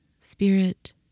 spirit